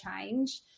change